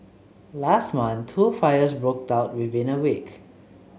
last month two fires broke out within a week